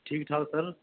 ठीक ठाक सर